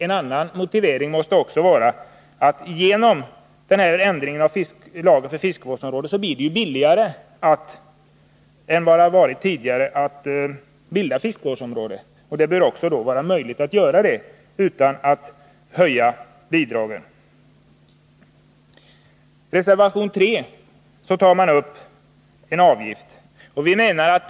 Ett annat motiv är att det genom ändringen i lagen för fiskevårdsområden blir billigare att bilda sådana områden. Det bör därför vara möjligt att få till stånd fiskevårdsområden utan en höjning av. bidragen. I reservation 3 föreslås införandet av en fiskevårdsavgift.